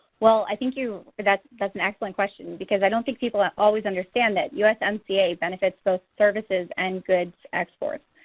well, i think you know that's that's an excellent question because i don't think people always understand that usmca benefits both services and good exports.